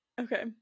okay